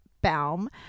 Baum